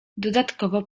dodatkowo